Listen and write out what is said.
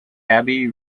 abe